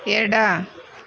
ಎಡ